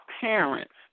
parents